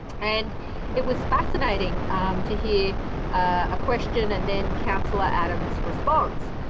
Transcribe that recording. and it was fascinating to hear a question and then councillor adams' response.